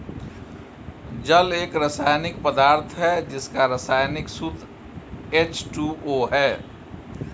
जल एक रसायनिक पदार्थ है जिसका रसायनिक सूत्र एच.टू.ओ है